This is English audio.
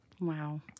Wow